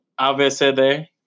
abcd